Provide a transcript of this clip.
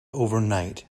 overnight